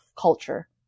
culture